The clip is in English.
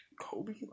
Kobe